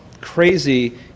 Crazy